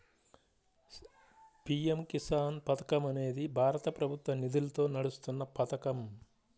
PM Kisan పథకం అనేది భారత ప్రభుత్వ నిధులతో నడుస్తున్న పథకం